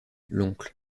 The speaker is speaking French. l’oncle